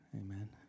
amen